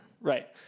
Right